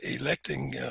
electing